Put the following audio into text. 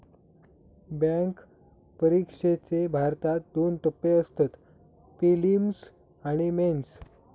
bank परिक्षेचे भारतात दोन टप्पे असतत, पिलिम्स आणि मेंस